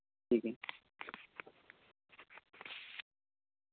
ठीक है